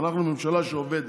"אנחנו ממשלה שעובדת".